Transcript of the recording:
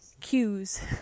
cues